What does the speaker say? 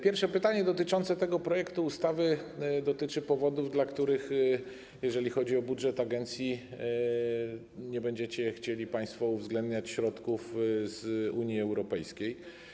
Pierwsze pytanie odnoszące się do tego projektu ustawy dotyczy powodów, dla których, jeżeli chodzi o budżet agencji, nie będziecie chcieli państwo uwzględniać środków z Unii Europejskiej.